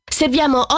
serviamo